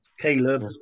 Caleb